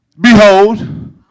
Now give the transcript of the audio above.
Behold